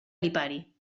lipari